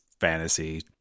fantasy